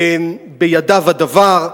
בידיו הדבר.